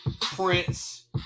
Prince